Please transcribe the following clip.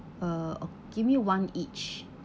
uh give me one each